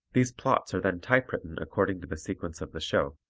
these plots are then typewritten according to the sequence of the show.